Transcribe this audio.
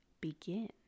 begin